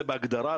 זה בהגדרה,